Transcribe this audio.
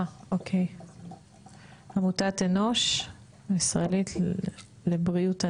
עמותת אנוש הישראלית לבריאות הנפש,